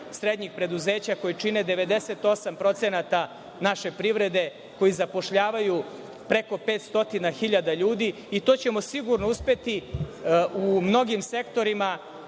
srednjih preduzeća koji čine 98% naše privrede koji zapošljavaju preko 500 hiljada ljudi i to ćemo sigurno uspeti u mnogim sektorima.